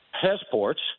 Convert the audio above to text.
passports